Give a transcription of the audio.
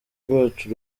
rwacu